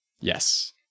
Yes